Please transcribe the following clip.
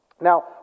Now